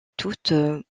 toute